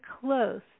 close